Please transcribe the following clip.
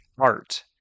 art